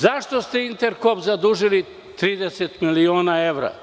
Zašto ste „Interkop“ zadužili 30 miliona evra?